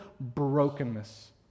brokenness